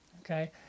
okay